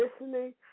listening